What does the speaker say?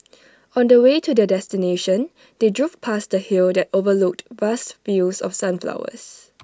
on the way to their destination they drove past A hill that overlooked vast fields of sunflowers